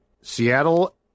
Seattle